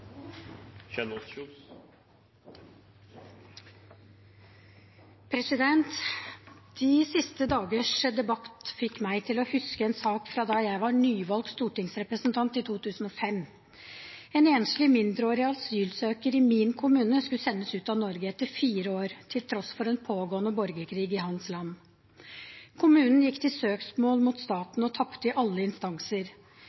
De siste dagers debatt fikk meg til å huske en sak fra da jeg var nyvalgt stortingsrepresentant i 2005. En enslig mindreårig asylsøker i min kommune skulle sendes ut av Norge etter fire år, til tross for en pågående borgerkrig i hans land. Kommunen gikk til søksmål mot